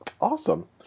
Awesome